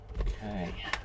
Okay